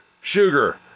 Sugar